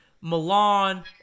Milan